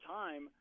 time